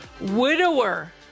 widower